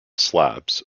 slabs